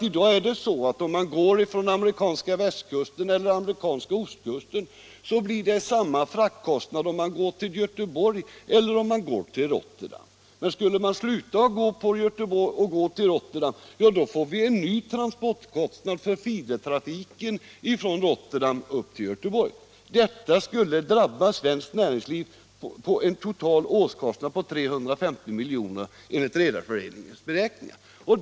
I dag är det nämligen så, att fraktkostnaden blir densamma om man från amerikanska västkusten eller amerikanska ostkusten går till Göteborg eller till Rotterdam. Skulle man sluta att gå på Göteborg och i stället gå till Rotterdam, då får vi en ny transportkostnad för feedertrafiken från Rotterdam upp till Göteborg. Detta skulle drabba svenskt näringsliv med en total årskostnad på 350 milj.kr. enligt Redareföreningens beräkningar.